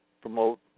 promote